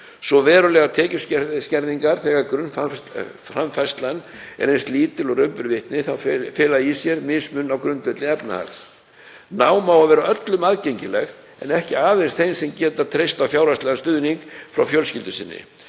Svo verulegar tekjuskerðingar, þegar grunnframfærslan er eins lítil og raun ber vitni, fela í sér mismunun á grundvelli efnahags. Nám á að vera öllum aðgengilegt en ekki aðeins þeim sem geta treyst á fjárhagslegan stuðning frá fjölskyldu sinni.